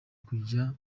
kujya